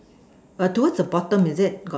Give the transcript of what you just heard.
but what about the music called